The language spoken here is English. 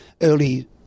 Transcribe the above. early